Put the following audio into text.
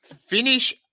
finish